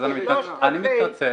אני מתנצל.